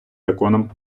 законом